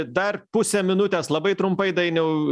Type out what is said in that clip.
dar pusę minutės labai trumpai dainiau